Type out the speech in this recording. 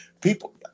People